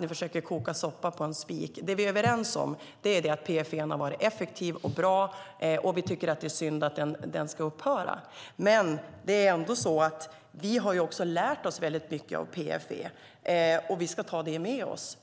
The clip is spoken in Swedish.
och försöker koka soppa på en spik. Det vi är överens om är att PFE har varit effektiv och bra, och vi tycker att det är synd att den ska upphöra. Men vi har ändå lärt oss väldigt mycket av PFE, och det ska vi ta med oss.